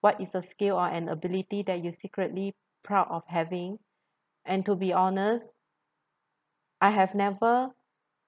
what is a skill or an ability that you're secretly proud of having and to be honest I have never